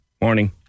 Morning